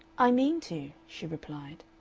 i mean to, she replied.